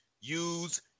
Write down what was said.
use